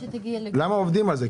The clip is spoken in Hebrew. למה עובדים על זה?